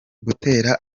gutera